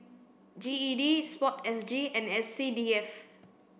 G E D sport S G and S C D F